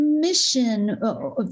mission